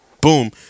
Boom